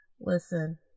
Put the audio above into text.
Listen